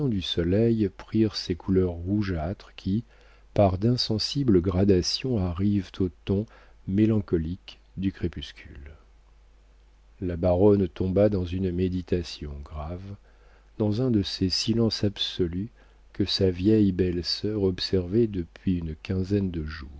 du soleil prirent ces couleurs rougeâtres qui par d'insensibles gradations arrivent aux tons mélancoliques du crépuscule la baronne tomba dans une méditation grave dans un de ces silences absolus que sa vieille belle-sœur observait depuis une quinzaine de jours